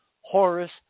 Horus